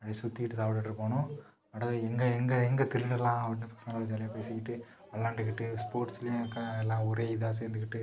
அப்டி சுத்திட்டு சாப்பிட்டுட்டு இருப்பானுவோ அட எங்கே எங்கே எங்கே திருடலாம் அப்படின்னு செம ஜாலியாக பேசிட்டு விளாண்டுக்கிட்டு ஸ்போர்ட்ஸ்லேயும் க ல எல்லாம் ஒரே இதாக சேர்ந்துக்கிட்டு